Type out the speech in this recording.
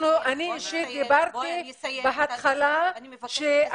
אני דיברתי הרבה פעמים על